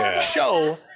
show